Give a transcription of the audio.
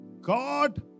God